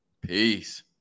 Peace